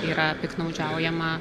yra piktnaudžiaujama